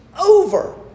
over